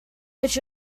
was